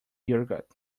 yogurt